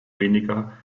weniger